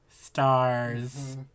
stars